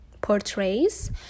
portrays